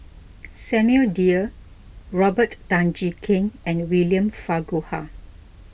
Samuel Dyer Robert Tan Jee Keng and William Farquhar